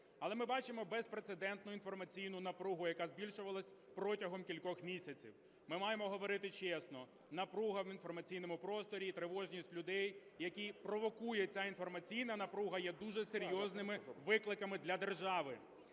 Але ми бачимо безпрецедентну інформаційну напругу, яка збільшувалась протягом кількох місяців. Ми маємо говорити чесно: напруга в інформаційному просторі і тривожність людей, які провокує ця інформаційна напруга, є дуже серйозними викликами для держави.